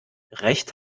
recht